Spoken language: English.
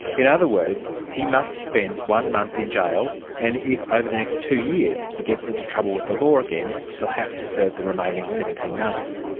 in other words, he must spend one month in jail, and if, over the next two years he gets into trouble with the law again, he'll have to serve the remaining seventeen months.